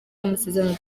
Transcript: amasezerano